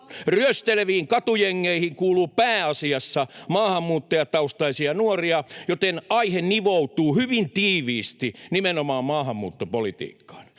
Ryösteleviin katujengeihin kuuluu pääasiassa maahanmuuttajataustaisia nuoria, joten aihe nivoutuu hyvin tiiviisti nimenomaan maahanmuuttopolitiikkaan.